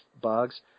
bugs